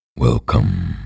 Welcome